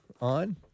on